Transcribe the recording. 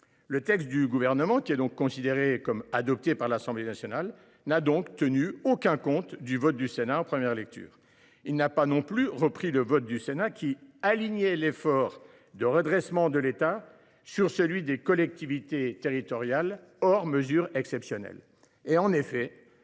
Le texte du Gouvernement, considéré comme adopté par l’Assemblée nationale, n’a donc tenu aucun compte du vote du Sénat en première lecture. Il n’a pas non plus repris le vote de notre assemblée visant à aligner l’effort de redressement de l’État sur celui des collectivités territoriales, hors mesures exceptionnelles.